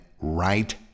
right